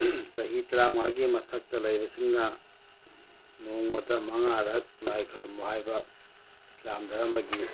ꯆꯍꯤ ꯇꯔꯥꯃꯉꯥꯒꯤ ꯃꯊꯛꯇ ꯂꯩꯕꯁꯤꯡꯅ ꯅꯣꯡꯃꯗ ꯃꯉꯥꯔꯛ ꯂꯥꯏ ꯈꯨꯔꯨꯝꯃꯨ ꯍꯥꯏꯕ ꯏꯁꯂꯥꯝ ꯗꯔꯃꯒꯤ